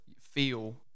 feel